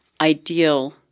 ideal